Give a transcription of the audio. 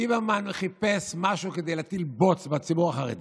ליברמן חיפש משהו כדי להטיל בוץ על הציבור החרדי,